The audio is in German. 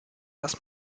erst